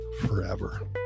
forever